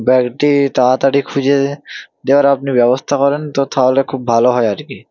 ব্যাগটি তাড়াতাড়ি খুঁজে দেওয়ার আপনি ব্যবস্থা করেন তো তাহলে খুব ভালো হয় আর কি